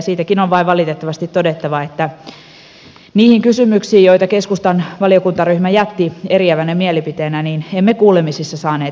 siitäkin on vain valitettavasti todettava että niihin kysymyksiin joita keskustan valiokuntaryhmä jätti eriävänä mielipiteenään emme kuulemisissa saaneet vastausta